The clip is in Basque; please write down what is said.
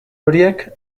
horiek